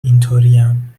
اینطوریم